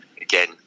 again